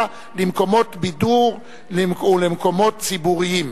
לזכרם של מנחם בגין ויצחק רבין (תיקוני חקיקה),